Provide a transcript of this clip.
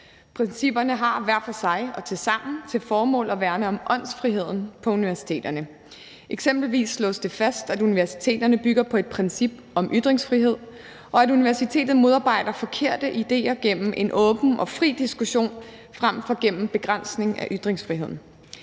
Principperne har hver for sig og tilsammen til formål at værne om åndsfriheden på universiteterne. Eksempelvis slås det fast, at universiteterne bygger på et princip om ytringsfrihed, og at universiteterne modarbejder forkerte idéer gennem en åben og fri diskussion frem for gennem en begrænsning af ytringsfriheden.